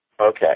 Okay